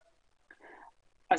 נתונים, אנחנו רוצים נתונים.